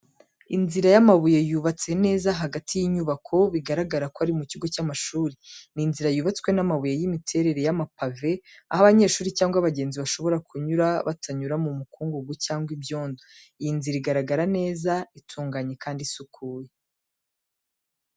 Inzira y’amabuye yubatse neza hagati y’inyubako, bigaragara ko ari mu kigo cy’amashuri. Ni inzira yubatswe n’amabuye y’imiterere y'amapave, aho abanyeshuri cyangwa abagenzi bashobora kunyura batanyura mu mukungugu cyangwa ibyondo. Iyi nzira igaragara neza, itunganye kandi isukuye.